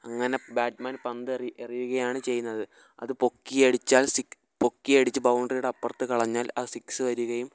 അങ്ങനെ batsman പന്ത് എറി എറിയുകയാണ് ചെയ്യുന്നത് അത് പൊക്കി അടിച്ചാൽ സിക് പൊക്കി അടിച്ച് ബൗണ്ടറിയുടെ അപ്പുറത്ത് കളഞ്ഞാൽ അത് സിക്സ് വരികയും